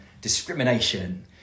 discrimination